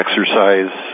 exercise